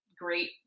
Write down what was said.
great